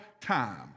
time